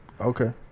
okay